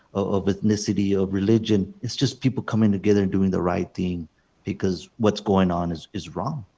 of ethnicity, of religion. it's just people coming together doing the right thing because what's going on is is wrong.